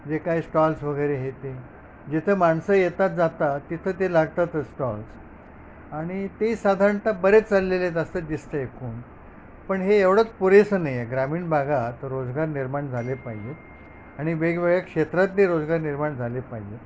जे काही स्टॉल्स वगैरे हे ते जिथं माणसं येतात जातात तिथं ते लागतातच स्टॉल्स आणि ते साधारणत बरेच चाललेले आहेत असं दिसतं एकूण पण हे एवढंच पुरेसं नाही आहे ग्रामीण भागात रोजगार निर्माण झाले पाहिजेत आणि वेगवेगळ्या क्षेत्रात ते रोजगार निर्माण झाले पाहिजे